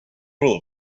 rule